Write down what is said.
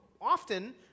often